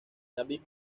david